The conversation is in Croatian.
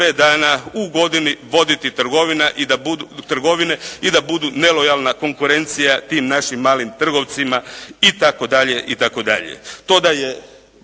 dana u godini voditi trgovine i da budu nelojalna konkurencija tim našim malim trgovcima itd.,